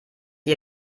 die